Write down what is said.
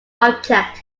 object